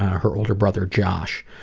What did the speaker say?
her older brother josh.